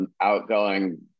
outgoing